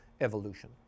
evolution